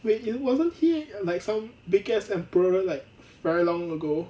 wait isn't wasn't he like some big ass emperor like very long ago